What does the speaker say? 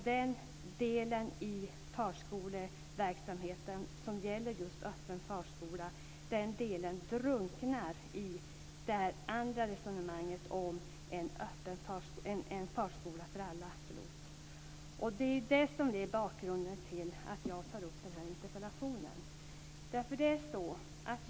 Den delen i förskoleverksamheten som gäller just öppen förskola drunknar i det andra resonemanget om en förskola för alla. Det är det som är bakgrunden till att jag tar upp den här interpellationen.